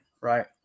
right